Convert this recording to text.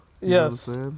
yes